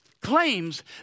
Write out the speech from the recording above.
claims